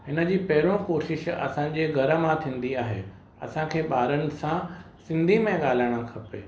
हिन जी पहिरों कोशिशि असांजे घर मां थींदी आहे असांखे ॿारनि सां सिंधी में ॻाल्हाइणु खपे